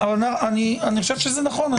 זה נכון.